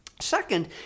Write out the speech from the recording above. Second